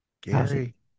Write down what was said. Gary